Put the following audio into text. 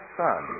son